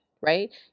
right